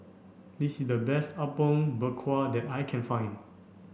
this is the best Apom Berkuah that I can find